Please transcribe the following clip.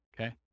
Okay